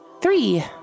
Three